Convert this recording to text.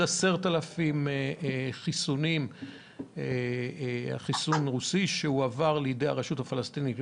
10,000 חיסונים רוסים שהועברו לידי הרשות הפלסטינית.